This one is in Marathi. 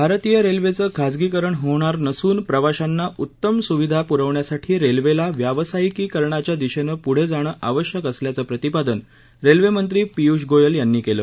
भारतीय रेल्वेचं खाजगीकरण होणार नसून प्रवाशांना उत्तम सुविधा पुरवण्यासाठी रेल्वेला व्यावसायिकीकरणाच्या दिशेनं पुढे जाणं आवश्यक असल्याचं प्रतिपादन रेल्वेमंत्री पियुष गोयल यांनी केलं